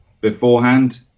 beforehand